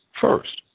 First